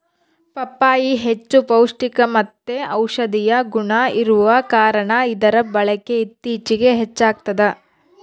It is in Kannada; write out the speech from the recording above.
ಪಪ್ಪಾಯಿ ಹೆಚ್ಚು ಪೌಷ್ಟಿಕಮತ್ತೆ ಔಷದಿಯ ಗುಣ ಇರುವ ಕಾರಣ ಇದರ ಬಳಕೆ ಇತ್ತೀಚಿಗೆ ಹೆಚ್ಚಾಗ್ತದ